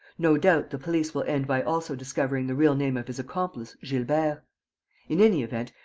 no doubt, the police will end by also discovering the real name of his accomplice, gilbert. in any event,